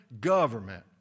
government